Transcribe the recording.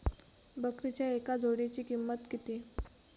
बकरीच्या एका जोडयेची किंमत किती?